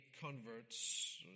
converts